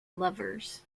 lovers